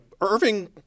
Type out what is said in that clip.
Irving